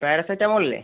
പാരസെറ്റമോളില്ലേ